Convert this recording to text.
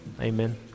Amen